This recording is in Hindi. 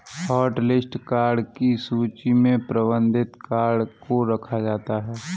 हॉटलिस्ट कार्ड की सूची में प्रतिबंधित कार्ड को रखा जाता है